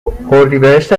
اردیبهشت